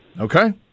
Okay